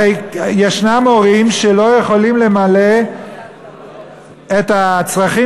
הרי יש הורים שלא יכולים למלא את הצרכים